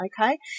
okay